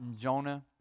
jonah